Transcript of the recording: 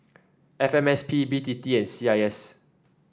F M S P B T T and C I S